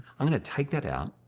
i'm gonna take that out.